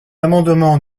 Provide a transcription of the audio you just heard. amendement